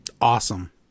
awesome